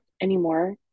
anymore